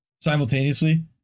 simultaneously